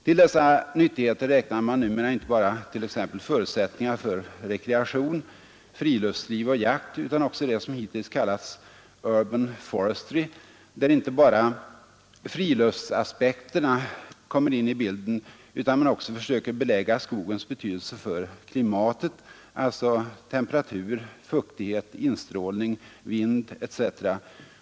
Till dessa nyttigheter räknar man numera inte bara t.ex. förutsättningar för rekreation, friluftsliv och jakt utan också det som hittills kallats ”urban forestry”, där inte bara friluftsaspekterna kommer in i bilden, utan man också försöker belägga skogens betydelse för klimatet — temperatur, fuktighet, instrålning, vind etc.